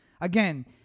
again